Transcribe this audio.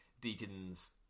Deacons